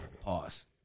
Pause